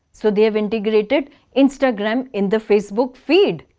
so they've integrated instagram in the facebook feed.